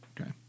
Okay